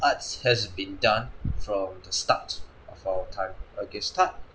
arts has been done from the start of all time okay start